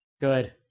Good